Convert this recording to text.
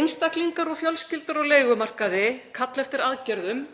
Einstaklingar og fjölskyldur á leigumarkaði kalla eftir aðgerðum.